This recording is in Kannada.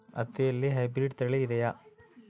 ಹತ್ತಿಯಲ್ಲಿ ಹೈಬ್ರಿಡ್ ತಳಿ ಇದೆಯೇ?